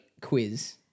quiz